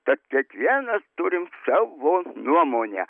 tad kiekvienas turim savo nuomonę